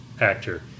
actor